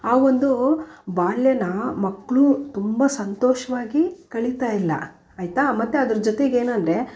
ಆ ಒಂದು ಬಾಲ್ಯನ ಮಕ್ಕಳು ತುಂಬ ಸಂತೋಷವಾಗಿ ಕಳೀತಾಯಿಲ್ಲ ಆಯ್ತಾ ಮತ್ತು ಅದ್ರ ಜೊತೆಗೇನೆಂದರೆ